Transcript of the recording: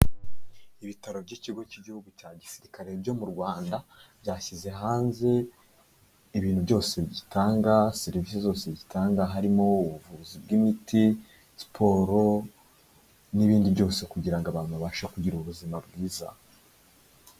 Ibitaro by'ikigo cy'Igihugu cya gisirikare byo mu Rwanda byashyize hanze ibintu byose gitanga, serivisi zose zitanga, harimo ubuvuzi bw'imiti, siporo n'ibindi byose kugira ngo abantu babashe kugira ubuzima bwiza.